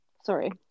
sorry